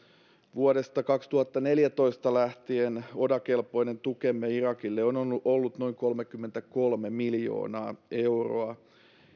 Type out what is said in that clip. vuodesta kaksituhattaneljätoista lähtien oda kelpoinen tukemme irakille on on ollut noin kolmekymmentäkolme miljoonaa euroa